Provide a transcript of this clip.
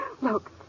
Look